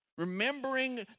remembering